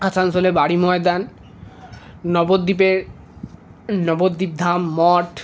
আসানসোলে বাড়ি ময়দান নবদ্বীপের নবদ্বীপ ধাম মঠ